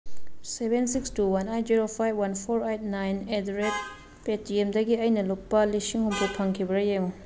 seven six two one eight zero five one four eight nine at the rate ꯄꯦꯇꯤꯌꯦꯝꯗꯒꯤ ꯑꯩꯅ ꯂꯨꯄꯥ ꯂꯤꯁꯤꯡ ꯍꯨꯝꯐꯨ ꯐꯪꯈꯤꯕ꯭ꯔꯥ ꯌꯦꯡꯉꯨ